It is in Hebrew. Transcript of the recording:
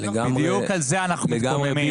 בדיוק על זה אנחנו מתקוממים,